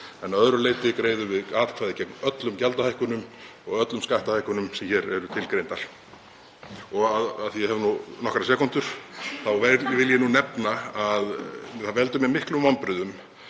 að öðru leyti greiðum við atkvæði gegn öllum gjaldahækkunum og öllum skattahækkunum sem hér eru tilgreindar. Og af því að ég hef nokkrar sekúndur þá vil ég nefna að það veldur mér miklum vonbrigðum